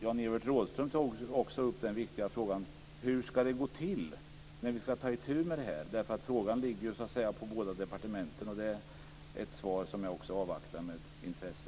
Jan-Evert Rådhström tog också upp den viktiga frågan hur det ska gå till när man ska ta itu med frågan, eftersom den ju ligger hos båda departementen. Det svaret avvaktar jag också med intresse.